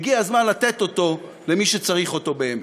הגיע הזמן לתת אותו למי שצריך אותו באמת.